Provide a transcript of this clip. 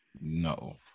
No